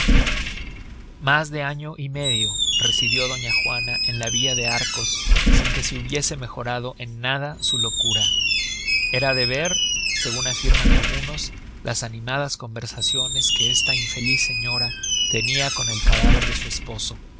mas de año y medio residió doña juana en la villa de arcos sin que se hubiese mejorado en nada su locura era de ver segun afirman algunos las animadas conversaciones que esta infeliz señora tenia con el cadáver de su esposo